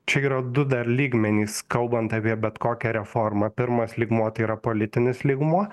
čia yra du dar lygmenys kalbant apie bet kokią reformą pirmas lygmuo tai yra politinis lygmuo